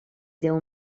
déu